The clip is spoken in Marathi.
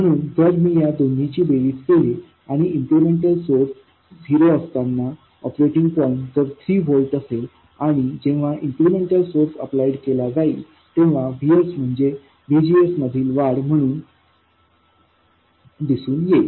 म्हणून जर मी या दोन्हीची बेरीज केली आणि इन्क्रिमेंटल सोर्स झिरो असताना ऑपरेटिंग पॉईंट जर 3 व्होल्ट असेल आणि जेव्हा इन्क्रिमेंटल सोर्स अप्लाइड केला जाईल तेव्हा VS म्हणजे VGS मधील वाढ म्हणून दिसून येईल